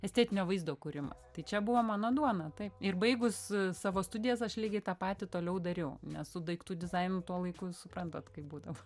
estetinio vaizdo kūrimas tai čia buvo mano duona taip ir baigus savo studijas aš lygiai tą patį toliau dariau nes su daiktų dizainu tuo laiku suprantat kaip būdavo